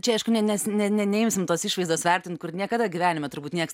čia aišku ne nes ne ne neimsim tos išvaizdos vertint kur niekada gyvenime turbūt nieks